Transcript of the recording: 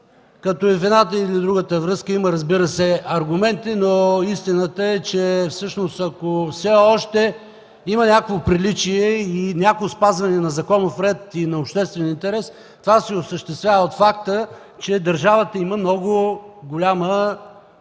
като и за едната, и за другата връзка има, разбира се, аргументи. Но истината е, че ако все още има някакво приличие и някакво спазване на законов ред и на обществен интерес, това се осъществява от факта, че държавата има много голяма намеса